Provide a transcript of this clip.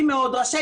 בבתי הכלא בארץ.